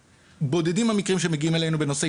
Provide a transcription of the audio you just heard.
בודדים הם המקרים שמגיעים אלינו בנושאי